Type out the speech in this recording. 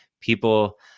people